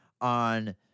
on